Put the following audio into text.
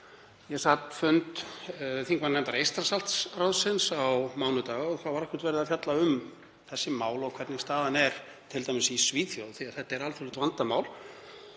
Ég sat fund þingmannanefndar Eystrasaltsráðsins á mánudag og þar var akkúrat verið að fjalla um þessi mál og hvernig staðan er t.d. í Svíþjóð því að þetta er alþjóðlegt vandamál.